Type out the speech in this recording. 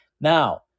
Now